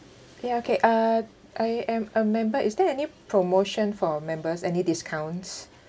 okay okay uh I am a member is there any promotion for members any discounts